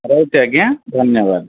ରହୁଛି ଆଜ୍ଞା ଧନ୍ୟବାଦ